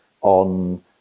on